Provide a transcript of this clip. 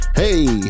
hey